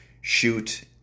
shoot